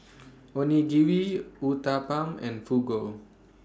Onigiri Uthapam and Fugu